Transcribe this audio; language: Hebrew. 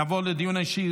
נעבור לדיון האישי,